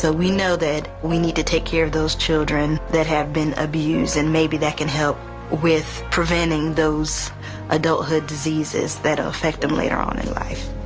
so we know that we need to take care of those children that have been abused and maybe that can help with preventing those adulthood diseases that will ah affect them later on in life.